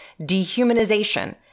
dehumanization